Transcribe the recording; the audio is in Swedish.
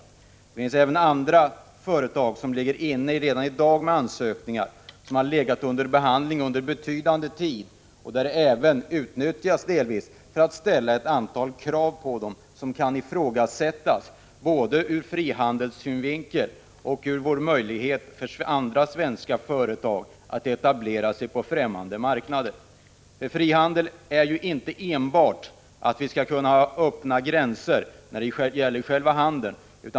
Men det finns andra företag som redan har lämnat in ansökningar, vilka har behandlats under betydande tid och där tiden delvis har utnyttjats för att ställa ett antal krav på dem som kan ifrågasättas både ur frihandelssynvinkel och med tanke på möjligheten för svenska företag att etablera sig på främmande marknader. Men frihandel innebär inte enbart att vi skall kunna öppna gränser för själva handeln.